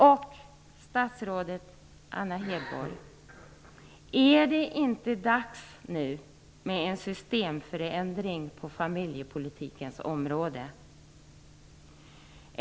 Och statsrådet Anna Hedborg: Är det inte dags nu med en systemförändring på familjepolitikens område?